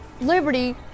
Liberty